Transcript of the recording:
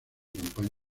campaña